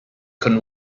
can